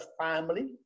family